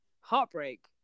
heartbreak